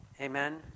Amen